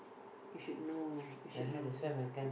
if you'd know if you'd know